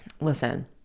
Listen